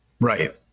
Right